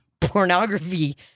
pornography